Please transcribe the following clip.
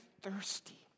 thirsty